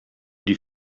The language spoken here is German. die